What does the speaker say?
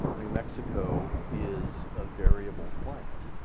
new mexico is a variable climate.